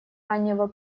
раннего